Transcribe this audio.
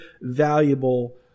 valuable